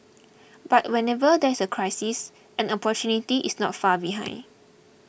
but whenever there is a crisis an opportunity is not far behind